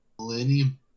Millennium